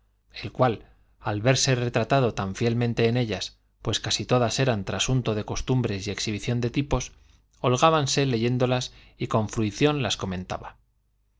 el cual al verse retratado tan fielmente en ellas pues casi todas eran trasunto de costumbres y exhibición de tipos hol g lbase leyéndolas y con fruición las comentaba